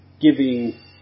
giving